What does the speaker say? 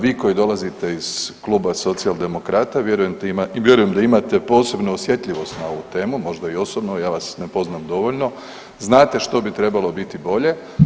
Vi koji dolazite iz Kluba socijaldemokrata vjerujem da imate posebnu osjetljivost na ovu temu, možda i osobno, ja vas ne poznam dovoljno, znate što bi trebalo biti bolje.